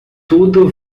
tudo